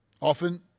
Often